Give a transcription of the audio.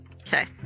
okay